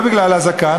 לא בגלל הזקן,